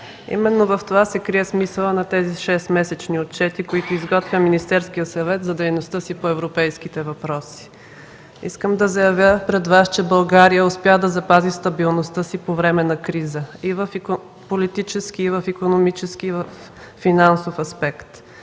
Именно в това се крие смисълът на тези шестмесечни отчети, които изготвя Министерският съвет за дейността си по европейските въпроси. Искам да заявя пред Вас, че България успя да запази стабилността си по време на криза и в политически, и в икономически, и във финансов аспект.